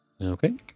Okay